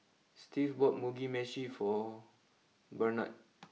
Steve bought Mugi Meshi for Barnard